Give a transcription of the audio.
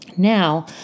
Now